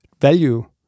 value